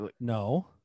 No